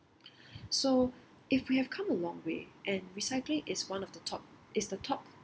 so if we have come a long way and recycling is one of the top is the top